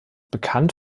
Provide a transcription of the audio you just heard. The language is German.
bekannt